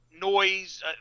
noise